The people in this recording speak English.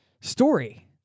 story